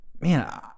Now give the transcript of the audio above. Man